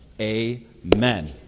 amen